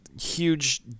Huge